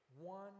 one